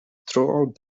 throughout